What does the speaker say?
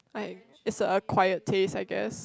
i like is a acquired taste I guess